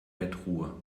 bettruhe